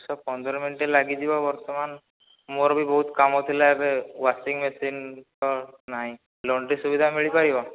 ଦଶ ପନ୍ଦର ମିନିଟ୍ ଲାଗିଯିବ ବର୍ତ୍ତମାନ୍ ମୋର ବି ବହୁତ କାମ ଥିଲା ଏବେ ୱାଶିଂ ମେଶିନ୍ ତ ନାହିଁ ଲଣ୍ଡ୍ରି ସୁବିଧା ମିଳିପାରିବ